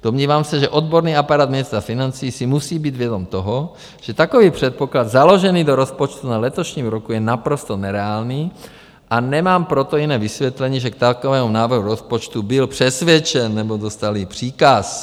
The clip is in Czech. Domnívám se, že odborný aparát ministra financí si musí být vědom toho, že takový předpoklad založený do rozpočtu na letošním roku je naprosto nereálný, a nemám pro to jiné vysvětlení, že k takovému návrhu rozpočtu byl přesvědčen nebo dostal i příkaz.